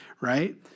right